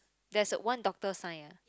there's one doctor sign